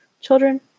Children